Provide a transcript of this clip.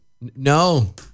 No